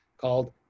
called